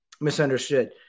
misunderstood